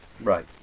Right